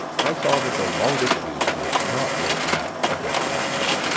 i saw that the longest use would not make that a good practice,